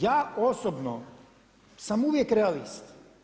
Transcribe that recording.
Ja osobno sam uvijek realist.